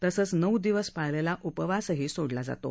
तसंच नऊ दिवस पाळलेला उपवास सोडला जातो